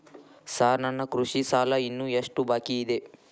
Sir ನನ್ನ ಕೃಷಿ ಸಾಲ ಇನ್ನು ಎಷ್ಟು ಬಾಕಿಯಿದೆ?